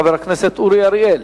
חבר הכנסת אורי אריאל.